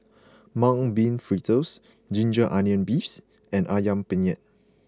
Mung Bean Fritters Ginger Onions Beefs and Ayam Penyet